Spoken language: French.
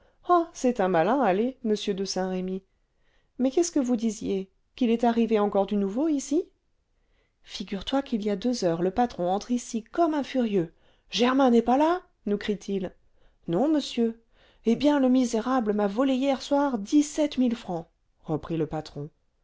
oh c'est un malin allez m de saint-remy mais qu'est-ce que vous disiez qu'il est arrivé encore du nouveau ici figure-toi qu'il y a deux heures le patron entre ici comme un furieux germain n'est pas là nous crie-t-il non monsieur eh bien le misérable m'a volé hier soir dix-sept mille francs reprit le patron